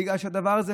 בגלל שהדבר הזה,